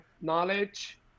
knowledge